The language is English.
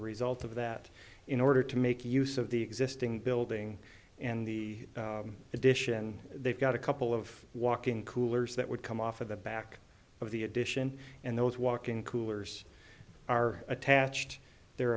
a result of that in order to make use of the existing building and the addition they've got a couple of walking coolers that would come off of the back of the addition and those walking coolers are attached there